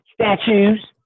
Statues